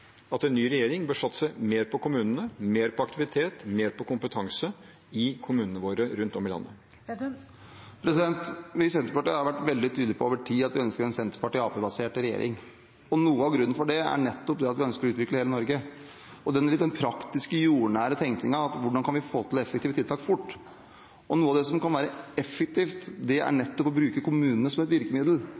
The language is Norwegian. at en ny regjering bør satse mer på kommunene, mer på aktivitet, mer på kompetanse – i kommunene våre rundt om i landet. Vi i Senterpartiet har over tid vært veldig tydelige på at vi ønsker en Senterparti–Arbeiderparti-basert regjering. Noe av grunnen til det er nettopp at vi ønsker å utvikle hele Norge, med en praktisk, jordnær tenkning om hvordan vi kan få til effektive tiltak fort. Noe av det som kan være effektivt, er å bruke kommunene som et virkemiddel.